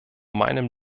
meinem